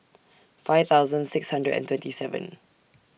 five thousand six hundred and twenty seven